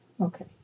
Okay